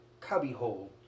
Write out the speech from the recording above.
cubbyhole